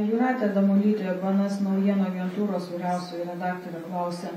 jūratė damulytė bns naujienų agentūros vyriausioji redaktorė klausia